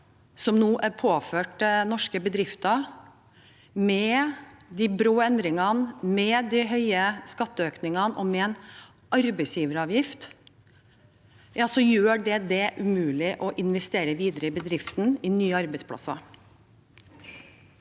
som nå er påført norske bedrifter – med de brå endringene, med de høye skatteøkningene og med arbeidsgiveravgiften – gjør det umulig å investere videre i bedriften og i nye arbeidsplasser.